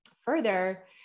further